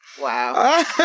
Wow